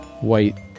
white